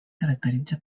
caracteritza